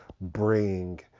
bring